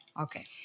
Okay